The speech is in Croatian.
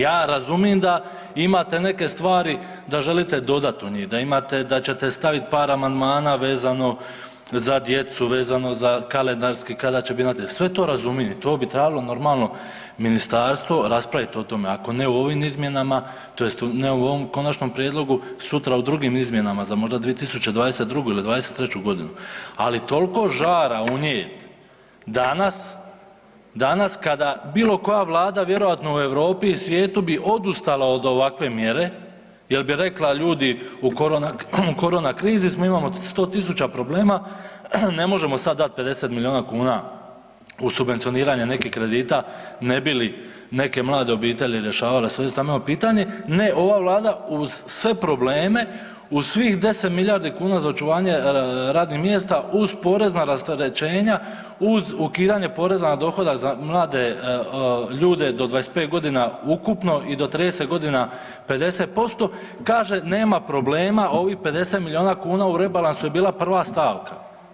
Ja razumijem da imate neke stvari da želite dodati u njih, da će se staviti par amandmana vezano za djecu, vezano za kalendarski kada će imati, sve to razumijem i to bi trebalo normalno Ministarstvo raspravit o tome, ako ne u ovim izmjenama, tj. ne u ovom konačnom prijedlogu, sutra u drugim izmjenama za možda 2022. ili 2023. g. ali toliko žara unijeti danas, danas kada bilokoja Vlada vjerovatno u Europi i svijetu bi odustala od ovakve mjere jer bi rekla ljudi, u korona krizi smo, imamo 100 000 problema, ne možemo sad dat 50 000 milijuna kuna u subvencioniranje nekih kredita ne bili neke mlade obitelji rješavale svoje stambeno pitanje, ne, ova Vlada uz sve probleme, u svih 10 000 milijardi kuna za očuvanje radnih mjesta uz porezna rasterećenja, uz ukidanje poreza na dohodak za mlade ljude do 25 g. ukupno i do 30 g. 50%, kaže nema problema, ovih 50 milijuna kuna u rebalansu je bila prva stavka.